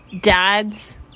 dads